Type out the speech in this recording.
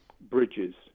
bridges